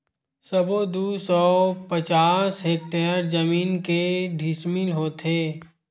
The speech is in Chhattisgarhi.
सबो दू सौ पचास हेक्टेयर जमीन के डिसमिल होथे?